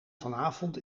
vanavond